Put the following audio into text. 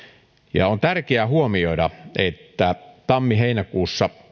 on tärkeää huomioida että tammi heinäkuussa